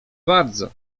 bardzo